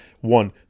One